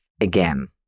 again